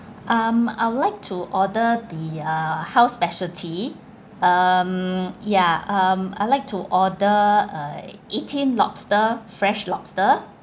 um I'll like to order the uh house specialty um ya um I'd like to order uh eighteen lobster fresh lobster